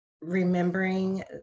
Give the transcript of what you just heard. remembering